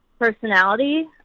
personality